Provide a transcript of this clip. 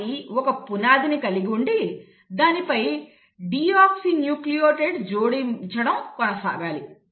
అది ఒక పునాదిని కలిగి ఉండి దానిపై డియోక్సిన్యూక్లియోటైడ్లను జోడించడం కొనసాగించాలి